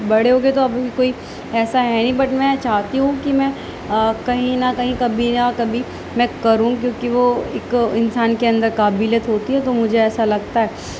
بڑے ہو کے تو اب کوئی ایسا ہے ہی بٹ میں چاہتی ہوں کہ میں کہیں نہ کہیں کبھی نہ کبھی میں کروں کیونکہ وہ ایک انسان کے اندر قابلیت ہوتی ہے تو مجھے ایسا لگتا ہے